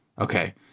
Okay